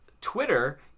Twitter